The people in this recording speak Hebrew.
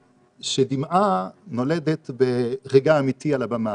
שדמעה נולדת ברגע אמיתי על הבמה